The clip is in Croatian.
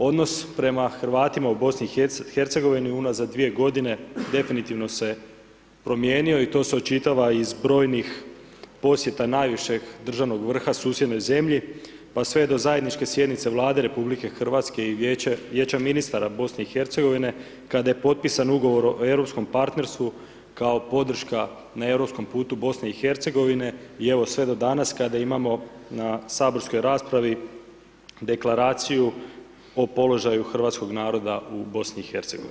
Odnos prema Hrvatima u BiH unazad 2 godine definitivno se promijenio i to se očitava iz brojnih posjeta najvišeg državnog vrha susjednoj zemlji pa sve do zajedničke sjednice Vlade RH i Vijeća ministara BiH kada je potpisan ugovor o europskom partnerstvu kao podrška na europskom putu BiH i evo sve do danas kada imamo na saborskoj raspravi Deklaraciju o položaju hrvatskog naroda u BiH.